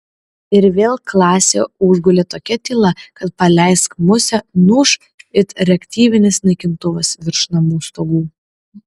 ir vėl klasę užgulė tokia tyla kad paleisk musę nuūš it reaktyvinis naikintuvas virš namų stogų